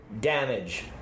damage